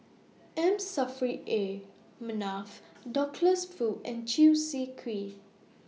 M Saffri A Manaf Douglas Foo and Chew Swee Kee